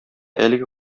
әлеге